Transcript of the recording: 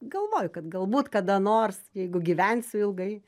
galvoju kad galbūt kada nors jeigu gyvensiu ilgai